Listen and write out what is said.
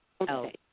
Okay